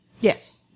Yes